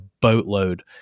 boatload